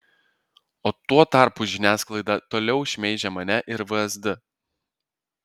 o tuo tarpu žiniasklaida toliau šmeižia mane ir vsd